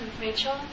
Rachel